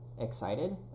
excited